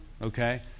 Okay